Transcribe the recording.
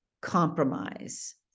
compromise